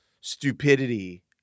stupidity